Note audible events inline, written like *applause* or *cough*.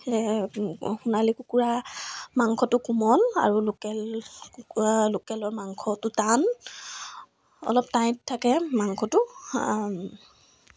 *unintelligible* সোণালী কুকুৰা মাংসটো কোমল আৰু লোকেল কুকুৰা লোকেলৰ মাংসটো টান অলপ টাইট থাকে মাংসটো